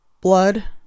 blood